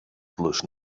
plus